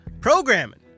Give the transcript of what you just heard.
programming